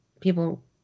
people